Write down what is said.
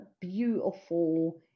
beautiful